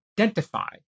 identify